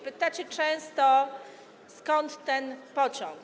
Pytacie często, skąd ten pociąg?